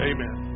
Amen